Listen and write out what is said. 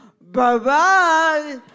Bye-bye